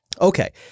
Okay